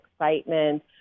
excitement